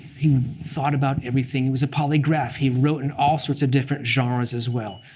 he thought about everything. he was a polygraph. he wrote in all sorts of different genres as well.